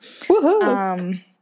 Woohoo